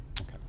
okay